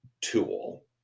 tool